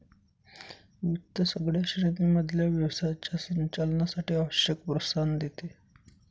वित्त सगळ्या श्रेणी मधल्या व्यवसायाच्या संचालनासाठी आवश्यक प्रोत्साहन देते